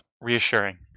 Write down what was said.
reassuring